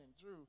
Drew